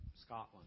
Scotland